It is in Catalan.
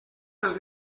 has